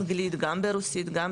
שיחות גם באנגלית, גם ברוסית, גם בעברית,